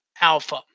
Alpha